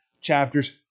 chapters